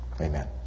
Amen